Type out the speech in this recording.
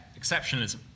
exceptionalism